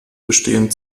bestehen